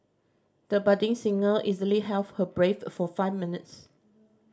the budding singer easily held her breath for five minutes